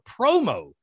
promo